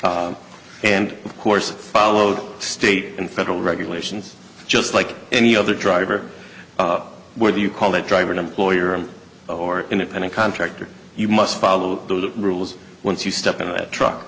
and of course followed state and federal regulations just like any other driver would do you call that driver an employer or independent contractor you must follow the rules once you step in a truck